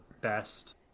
best